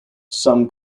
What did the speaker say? some